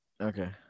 Okay